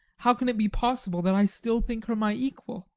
how can it be possible that i still think her my equal?